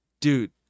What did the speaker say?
Dude